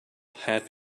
half